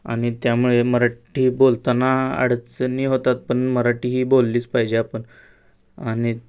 आणि त्यामुळे मराठी बोलताना अडचणी होतात पण मराठी ही बोललीच पाहिजे आपण आणि